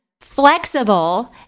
flexible